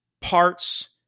parts